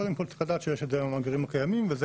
קודם כל צריך לדעת שיש את זה היום במאגרים הקיימים וזה